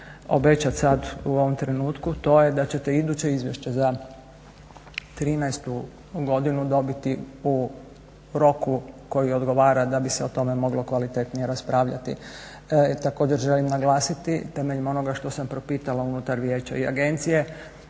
obećat sad u ovom trenutku, to je da ćete iduće izvješće za '13. godinu dobiti u roku koji odgovara da bi se o tome moglo kvalitetnije raspravljati. Također želim naglasiti temeljem onoga što sam propitala unutar vijeća i agencije,